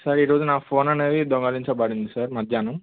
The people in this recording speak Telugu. సార్ ఈరోజు నా ఫోన్ అనేది దొంగలించబడింది సార్ మధ్యానం